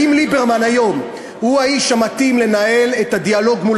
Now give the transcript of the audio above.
האם ליברמן היום הוא האיש המתאים לנהל את הדיאלוג מול